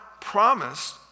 promised